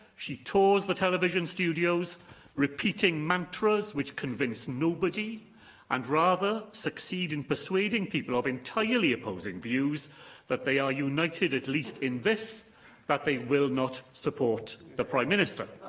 she tours the television studios repeating mantras that convince nobody and, rather, succeed in persuading people of entirely opposing views that they are united at least in this that they will not support the prime minister.